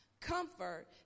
comfort